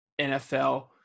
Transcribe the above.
NFL